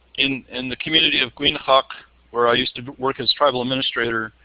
in in the community of quinhagak, where i used to work as tribal administrator